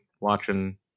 watching